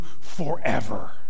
forever